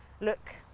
look